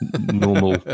normal